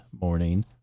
morning